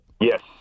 Yes